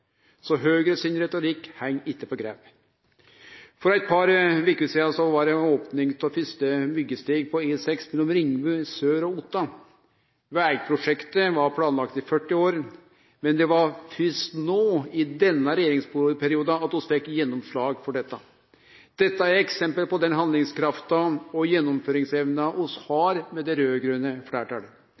Så Høgre sin retorikk heng ikkje på greip. For eit par veker sidan var det opning av fyrste byggjesteg på E6 mellom Ringebu sør og Otta. Vegprosjektet har vore planlagt i 40 år, men det var fyrst no, i denne regjeringsperioden, at vi fekk gjennomslag for dette. Dette er eksempel på den handlingskrafta og gjennomføringsevna vi har med det raud-grøne fleirtalet.